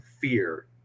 fear